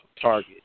target